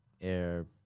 air